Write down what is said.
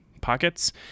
pockets